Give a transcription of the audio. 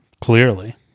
clearly